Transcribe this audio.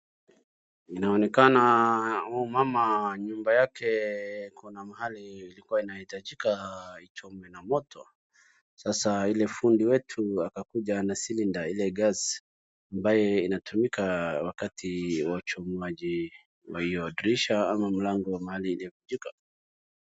inaonekana huyu mama kuna mahali nyumba yake ilikuwa inahitajika ichomwe na moto sasa ule fundi wetu akakuja na cylinder ile gas ambaye inatumika wakati wa uchomaji wanarekebisha mahali ambapo mlango imevunjika